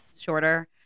shorter